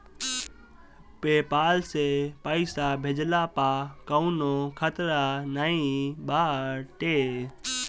PayPal से पईसा भेजला पअ कवनो खतरा नाइ बाटे